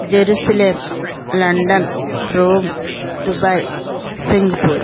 Jerusalem London Rome Dubai Singapore